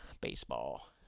Baseball